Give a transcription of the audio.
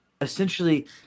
Essentially